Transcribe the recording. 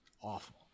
awful